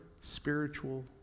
spiritual